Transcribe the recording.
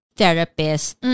therapist